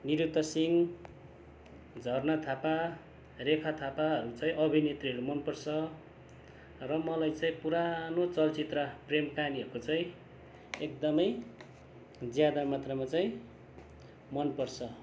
निरूता सिंह झर्ना थापा रेखा थापाहरू चाहिँ अभिनेत्रीहरू मन पर्छ र मलाई चाहिँ पुरानो चलचित्र प्रेम कहानीहरूको चाहिँ एकदमै ज्यादा मात्रमा चाहिँ मन पर्छ